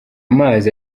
amazi